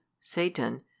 satan